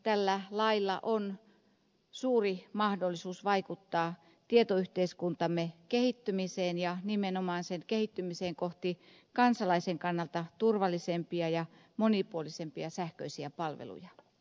tällä lailla on suuri mahdollisuus vaikuttaa tietoyhteiskuntamme kehittymiseen ja nimenomaan sen kehittymiseen kohti kansalaisen kannalta turvallisempia ja monipuolisempia sähköisiä palveluja